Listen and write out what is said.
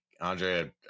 Andre